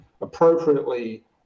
appropriately